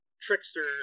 Trickster